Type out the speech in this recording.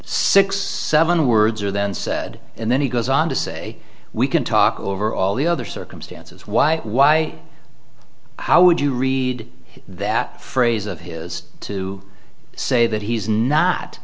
six seven words are then said and then he goes on to say we can talk over all the other circumstances why why how would you read that phrase of his to say that he's not